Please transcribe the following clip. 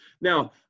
Now